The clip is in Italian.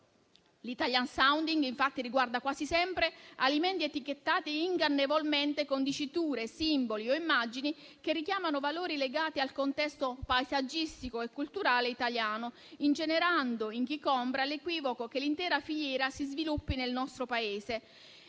L'*Italian sounding*, infatti, riguarda quasi sempre alimenti etichettati ingannevolmente, con diciture, simboli o immagini che richiamano valori legati al contesto paesaggistico e culturale italiano, ingenerando in chi compra l'equivoco che l'intera filiera si sviluppi nel nostro Paese